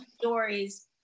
stories